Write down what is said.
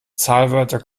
zahlwörter